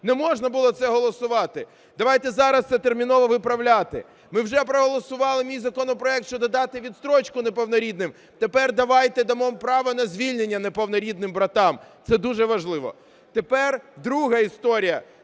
Не можна було це голосувати. Давайте зараз це терміново виправляти. Ми вже проголосували мій законопроект щодо дати відстрочку неповнорідним, тепер давайте дамо право на звільнення неповнорідним братам, це дуже важливо. Тепер друга історія.